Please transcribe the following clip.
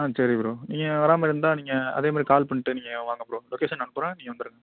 ஆ சரி ப்ரோ நீங்கள் வர மாதிரி இருந்தால் நீங்கள் அதே மாதிரி கால் பண்ணிவிட்டு நீங்கள் வாங்க ப்ரோ லொக்கேஷன் அனுப்புகிறேன் நீங்கள் வந்துடுங்க